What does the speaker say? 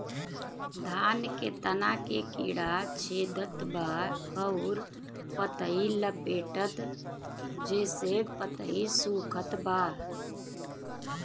धान के तना के कीड़ा छेदत बा अउर पतई लपेटतबा जेसे पतई सूखत बा?